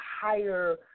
higher